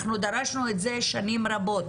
אנחנו דרשנו את זה שנים רבות.